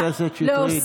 חברת הכנסת שטרית,